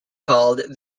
called